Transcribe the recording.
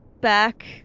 back